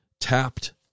tapped